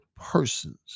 persons